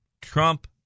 Trump